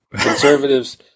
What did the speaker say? Conservatives